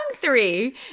three